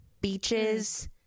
beaches